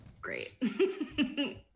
great